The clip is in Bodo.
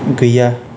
गैया